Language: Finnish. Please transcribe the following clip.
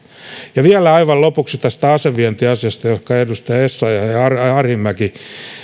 ja vielä aivan lopuksi asevientiasiasta johonka edustajat essayah ja arhinmäki